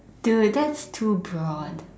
dude does too broad